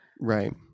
Right